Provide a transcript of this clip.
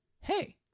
hey